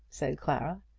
said clara.